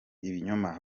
ibinyoma